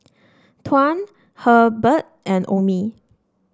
Tuan Hebert and Omie